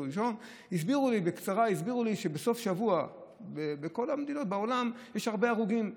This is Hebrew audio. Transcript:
הסבירו לי בקצרה שבסוף השבוע בכל המדינות בעולם יש הרבה הרוגים,